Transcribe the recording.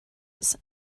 was